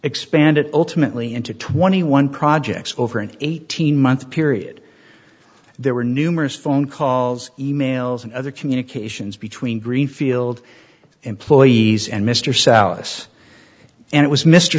expanded ultimately into twenty one projects over an eighteen month period there were numerous phone calls e mails and other communications between greenfield employees and mr south us and it was mr